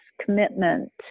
commitment